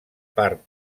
part